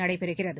நடைபெறுகிறது